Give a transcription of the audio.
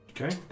Okay